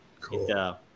Cool